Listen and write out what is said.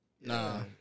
Nah